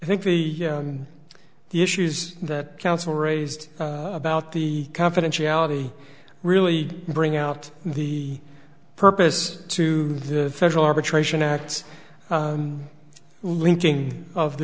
i think the the issues that counsel raised about the confidentiality really bring out the purpose to the federal arbitration acts linking of the